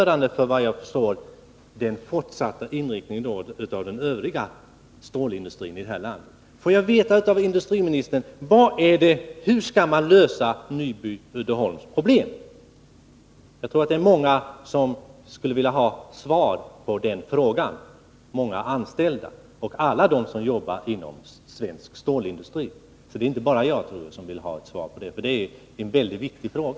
Svaret är, såvitt jag förstår, avgörande för den fortsatta inriktningen av den övriga stålindustrin i det här landet. Hur skall man lösa Nyby Uddeholms problem? Jag tror att många skulle vilja ha ett svar på den frågan. Det gäller såväl många anställda som alla dem som jobbar inom svensk stålindustri. Så det är inte bara jag som vill ha ett svar på denna synnerligen viktiga fråga.